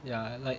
ya like